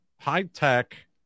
high-tech